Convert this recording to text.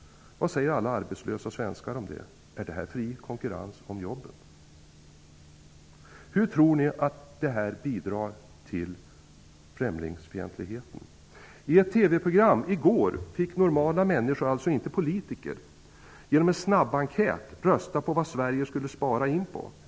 Vad säger alla arbetslösa svenskar om det? Är det fri konkurrens om jobben? Hur tror ni att detta bidrar till främlingsfientligheten? I ett TV-program i går fick normala människor -- alltså inte politiker -- genom en snabbenkät rösta på vad Sverige skulle spara in på.